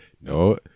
no